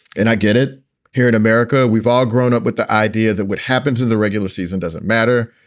and i get it here in america, we've all grown up with the idea that what happens in the regular season doesn't matter.